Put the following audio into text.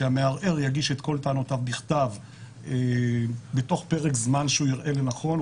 שהמערער יגיש את כל טענותיו בכתב בתוך פרק זמן שהוא יראה לנכון.